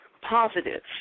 positive